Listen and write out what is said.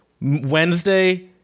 wednesday